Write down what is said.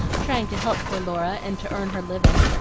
trying to help poor laura and to earn her living.